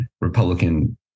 Republican